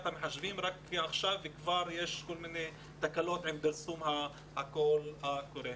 המחשבים רק עכשיו וכבר יש כל מיני תקלות עם פרסום הקול קורא.